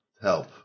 Help